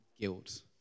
guilt